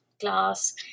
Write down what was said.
class